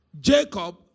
Jacob